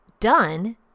done